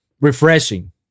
refreshing